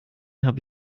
habe